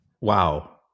Wow